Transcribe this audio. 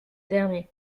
dernier